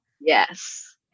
Yes